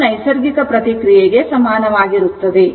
ಇದು ನೈಸರ್ಗಿಕ ಪ್ರತಿಕ್ರಿಯೆಗೆ ಸಮಾನವಾಗಿರುತ್ತದೆ